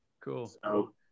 Cool